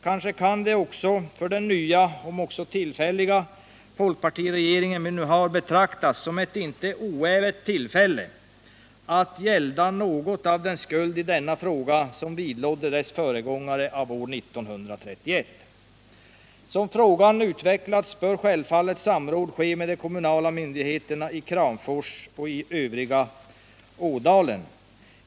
Kanske kan det också för den nya, om också tillfälliga, folkpartiregering vi nu har betraktas som ett inte oävet tillfälle att gälda något av den skuld i denna fråga som vidlådde dess föregångare av 1931? Ä Som frågan utvecklats bör självfallet samråd ske med de kommunala myndigheterna i Kramfors och övriga Ådalen.